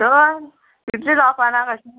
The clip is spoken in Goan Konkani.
स तितले जावपाना कशें